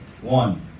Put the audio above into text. One